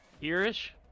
here-ish